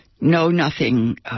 know-nothing